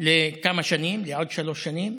לכמה שנים, לעוד שלוש שנים.